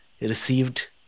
received